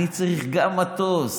גם אני צריך מטוס.